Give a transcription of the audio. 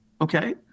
Okay